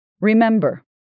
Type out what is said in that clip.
Remember